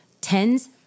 tens